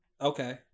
Okay